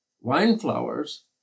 Wine-flowers